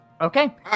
okay